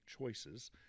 choices